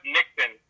Nixon